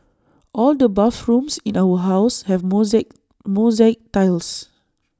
all the bathrooms in our house have mosaic mosaic tiles